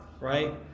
right